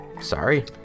Sorry